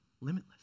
limitless